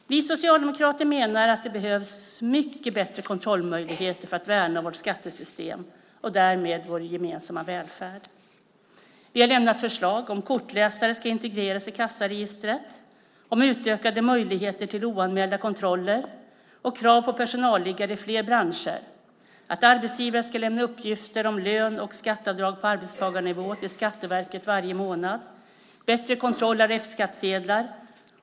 Vi socialdemokrater menar att det behövs mycket bättre kontrollmöjligheter för att värna vårt skattesystem och därmed vår gemensamma välfärd. Vi har lämnat förslag om att kortläsare ska integreras i kassaregistret, om utökade möjligheter till oanmälda kontroller och krav på personalliggare i fler branscher, att arbetsgivare ska lämna uppgifter om lön och skatteavdrag på arbetstagarnivå till Skatteverket varje månad och bättre kontroll av F-skattsedlar.